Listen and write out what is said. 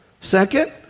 Second